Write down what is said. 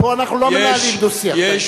פה אנחנו לא מנהלים דו-שיח בעניין.